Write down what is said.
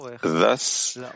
Thus